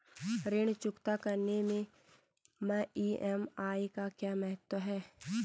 ऋण चुकता करने मैं ई.एम.आई का क्या महत्व है?